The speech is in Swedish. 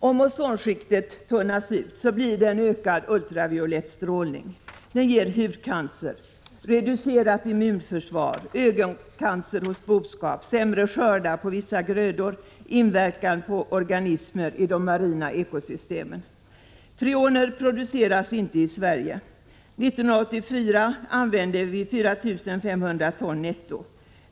Om ozonskiktet tunnas ut får det som följd en ökad ultraviolett strålning, vilket medför större risk för hudcancer, reducerat immunförsvar, ögoncancer hos boskap, sämre skördar av vissa grödor och inverkan på organismer i de marina ekosystemen. Freon produceras inte i Sverige. År 1984 använde vi 4 500 ton netto.